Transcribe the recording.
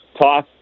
Toss